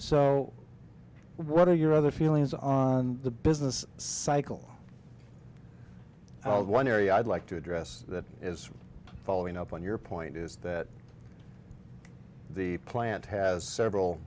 so what are your other feelings on the business cycle of one area i'd like to address that is following up on your point is that the plant has several